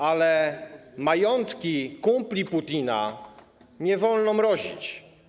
Ale majątków kumpli Putina nie wolno mrozić.